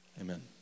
Amen